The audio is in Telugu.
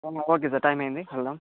అవునా ఓకే సార్ టైం అయింది వెళ్దాం